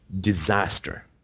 disaster